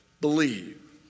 believe